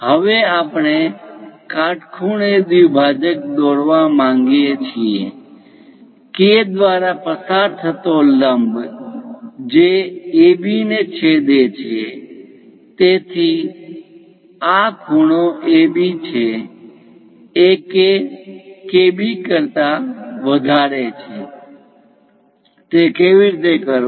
હવે આપણે કાટખૂણે દ્વિભાજક દોરવા માંગીએ છીએ K દ્વારા પસાર થતો લંબ જે AB ને છેદે છે તેથી આ ખૂણો AB છે AK KB કરતા વધારે છે તે કેવી રીતે કરવું